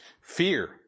Fear